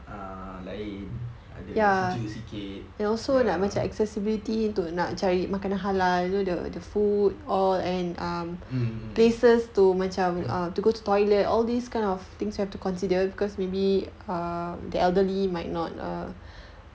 err lain ada sejuk sikit ya mm mm mm